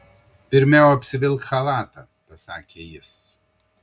pirmiau apsivilk chalatą pasakė jis